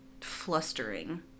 Flustering